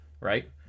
right